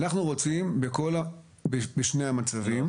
אנחנו רוצים בשני המצבים.